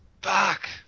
Back